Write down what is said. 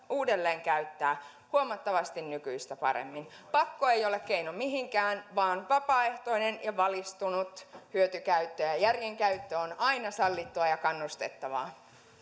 uudelleen käyttää huomattavasti nykyistä paremmin pakko ei ole keino mihinkään vaan vapaaehtoinen ja valistunut hyötykäyttäjä järjen käyttö on aina sallittua ja kannustettavaa